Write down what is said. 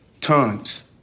times